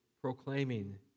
proclaiming